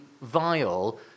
vile